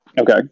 okay